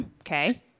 Okay